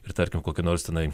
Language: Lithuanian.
ir tarkim kokie nors tenai